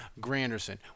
Granderson